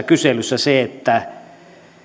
kyselyssä se että